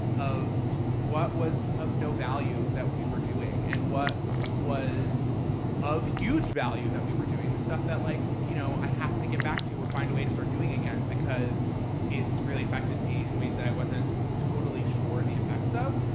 of what was of no value that we were doing and what was of huge value that we were doing, the stuff that like you know i have to get back to or find a way to start doing again, because it's really affected me in ways that i wasn't totally sure the effects of.